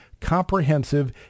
comprehensive